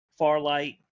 Farlight